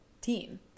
team